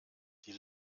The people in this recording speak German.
die